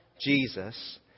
Jesus